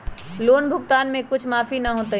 Loan भुगतान में कुछ माफी न होतई?